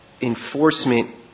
enforcement